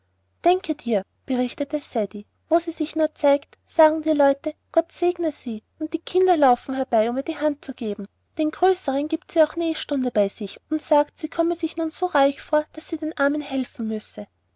denke dir berichtete ceddie wo sie nur sich zeigt sagen die leute gott segne sie und die kinder laufen herbei um ihr die hand zu geben den größeren gibt sie auch nähstunde bei sich und sie sagt sie komme sich nun so reich vor daß sie den armen helfen müsse